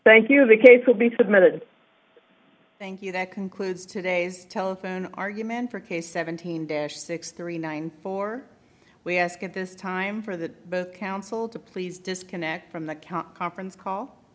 thank you the case will be submitted thank you that concludes today's telephone argument for case seventeen dash six three nine four we ask at this time for the council to please disconnect from the account conference call